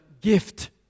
gift